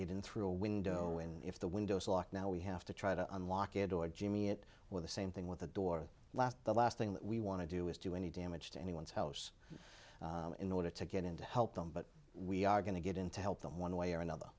get in through a window when if the windows lock now we have to try to unlock it or jimmy it or the same thing with the door last the last thing that we want to do is do any damage to anyone's house in order to get in to help them but we are going to get in to help them one way or another